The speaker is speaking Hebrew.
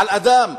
על אדם,